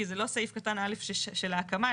כי זה לא סעיף קטן א' של ההקמה,